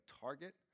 target